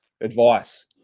advice